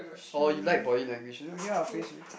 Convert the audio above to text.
oh you like body language it's okay I'll face you